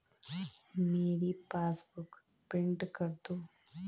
मेरी passbook print कर दो